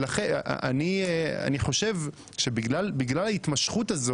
אני חושב שבגלל ההתמשכות הזאת